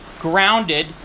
grounded